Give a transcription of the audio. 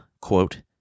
quote